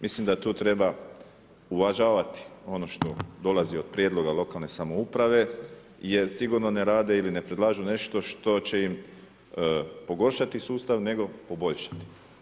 Mislim da tu treba uvažavati ono što dolazi od prijedloga lokalne samouprave, jer sigurno ne rade ili ne predlažu nešto što će im pogoršati sustav nego poboljšati.